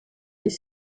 est